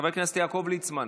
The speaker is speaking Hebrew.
חבר הכנסת יעקב ליצמן,